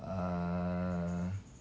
uh